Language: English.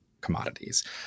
commodities